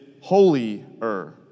holier